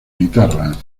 guitarra